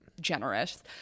generous